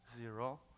Zero